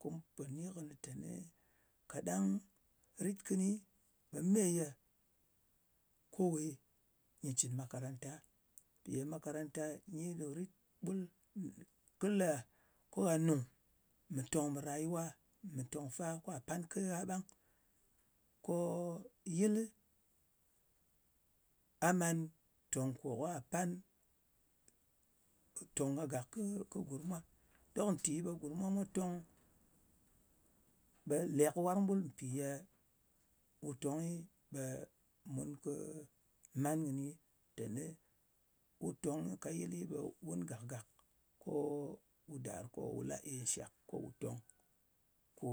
Kò mu pò ni kɨnɨ teni kaɗang rit kɨni ɓe me ye kowe nyɨ cɨn makaranta. Mpi ye makaranta nyi ɗo ye rit ɓul. Mpì k lē ko ghà nùng mɨ tòng mɨ rayuwa mɨ tòng fa, kwa pan ke gha ɓang. Ko yɨlɨ a man tong ko ka pan tòng kàgàk kɨ gurm mwa. Dok nti ɓe gurm mwa tong ɓe lek warng ɓul. Mpì ye mu tongni, ɓe mun kɨ man kɨni teni wu tong ka yɨlɨ, ɓe wun gak-gak, ko wù dàr ko wù la-e nshak, ko wù tong ko